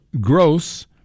Gross